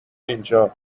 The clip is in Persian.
اینجا